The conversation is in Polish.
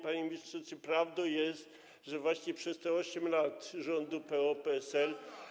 Panie ministrze, czy prawdą jest, że właśnie przez te 8 lat rządów PO-PSL.